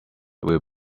will